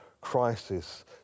crisis